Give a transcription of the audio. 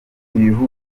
ibihugu